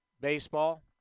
baseball